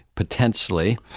potentially